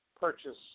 Purchase